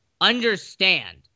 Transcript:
understand